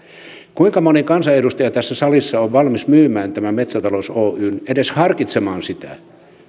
kuinka moni kansanedustaja tässä salissa on valmis myymään tämän metsätalous oyn edes harkitsemaan sitä